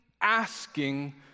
asking